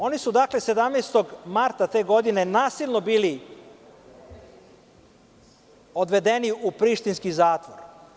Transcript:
Oni su 17. marta te godine bili nasilno odvedeni u prištinski zatvor.